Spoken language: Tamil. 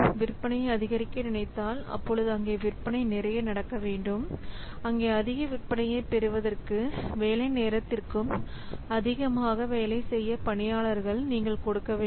விற்பனையை அதிகரிக்க நினைத்தால் அப்போது அங்கே விற்பனை நிறைய நடக்க வேண்டும் அங்கே அதிக விற்பனையை பெறுவதற்கு வேலை நேரத்திற்கும் அதிகமாக வேலை செய்ய பணியாளர்கள் நீங்கள் கொடுக்க வேண்டும்